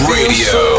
Radio